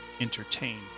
entertain